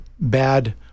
bad